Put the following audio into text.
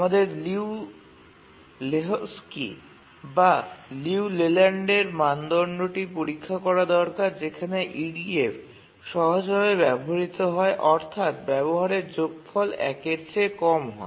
আমাদের লিউ লেহোকস্কির বা লিউ লেল্যান্ডের মানদণ্ডটি পরীক্ষা করা দরকার যেখানে EDF সহজভাবে ব্যবহৃত হয় অর্থাত্ ব্যবহারের যোগফলের ১ এর চেয়ে কম হয়